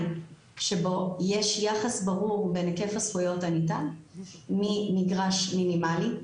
שבו יש יחס ברור בין היקף הזכויות הניתן ממגרש מינימלי,